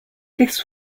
this